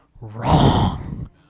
wrong